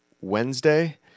Wednesday